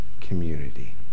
community